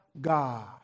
God